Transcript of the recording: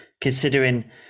considering